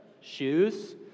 Shoes